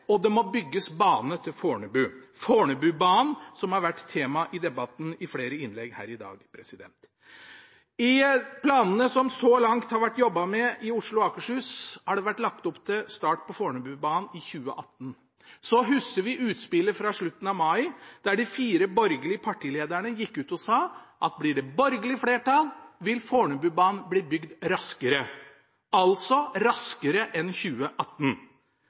og det må bygges bane til Fornebu – Fornebubanen, som har vært tema i debatten i flere innlegg her i dag. I planene som det så langt har vært jobbet med i Oslo og Akershus, har det vært lagt opp til start på Fornebubanen i 2018. Så husker vi utspillet fra slutten av mai, der de fire borgerlige partilederne gikk ut og sa at blir det borgerlig flertall, vil Fornebubanen bli bygd raskere – altså raskere enn 2018.